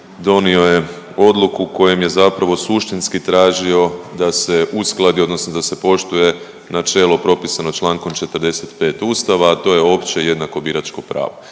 donio je odluku kojom je zapravo suštinski tražio da se uskladi odnosno da se poštuje načelo propisano čl. 45. Ustava, a to je opće i jednako biračko pravo.